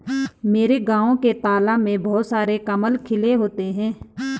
मेरे गांव के तालाब में बहुत सारे कमल खिले होते हैं